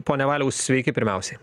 pone valiau sveiki pirmiausiai